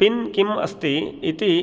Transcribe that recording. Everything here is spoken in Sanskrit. पिन् किम् अस्ति इति